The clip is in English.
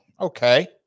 okay